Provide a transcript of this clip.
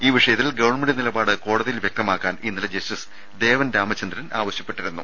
ഈ വിഷയത്തിൽ ഗവൺമെന്റ് നിലപാട് കോടതിയിൽ വ്യക്തമാക്കാൻ ഇന്നലെ ജസ്റ്റിസ് ദേവൻ രാമചന്ദ്രൻ ആവശ്യപ്പെട്ടിരുന്നു